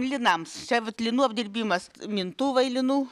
linams čia vat linų apdirbimas mintuvai linų